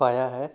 ਪਾਇਆ ਹੈ